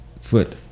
foot